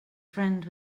friend